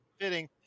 fitting